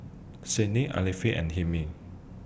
Senin Alfian and Hilmi